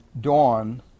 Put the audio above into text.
dawn